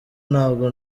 ntabwo